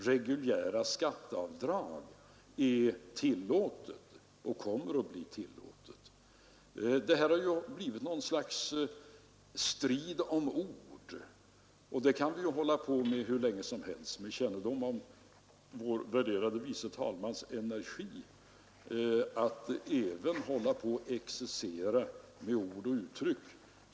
Reguljära skatteavdrag är tillåtna och kommer att vara det. Den här diskussionen har blivit en strid om ord, och det kan vi ju hålla på med hur länge som helst med kännedom om vår värderade fru andre vice talmans energi att exercera med ord och uttryck.